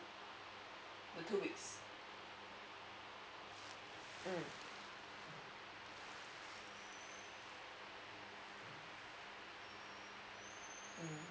the two weeks mm